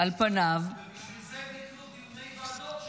ובשביל זה ביטלו דיוני ועדות,